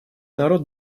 народ